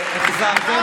החזרתם.